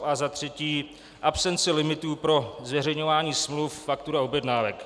A za třetí absenci limitů pro zveřejňování smluv, faktur a objednávek.